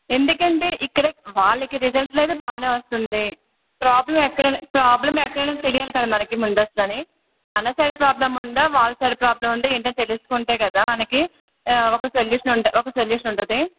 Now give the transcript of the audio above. ఎందుకంటే ఇక్కడ వాళ్ళకి రిజల్ట్స్లో అయితే బాగానే వస్తుంది ప్రాబ్లమ్ ఎక్కడ ప్రాబ్లమ్ ఎక్కడ అనేది తెలియాలి కదా మనకి ముందు అసలు మన సైడ్ ప్రాబ్లమ్ ఉందా వాళ్ళ సైడ్ ప్రాబ్లమ్ ఉందా ఏంటని తెలుసుకుంటే కదా మనకి ఒక సొల్యూషన్ ఉంట ఒక సొల్యూషన్ ఉంటుంది